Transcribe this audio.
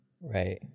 Right